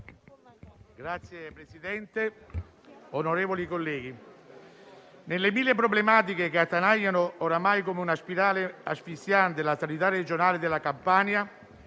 Signor Presidente, onorevoli colleghi, nelle mille problematiche che attanagliano, oramai come una spirale asfissiante, la sanità regionale della Campania,